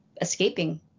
escaping